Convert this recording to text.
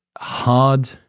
hard